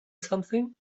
something